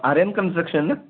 Aryan construction ना